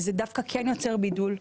זה דווקא כן יוצר בידול.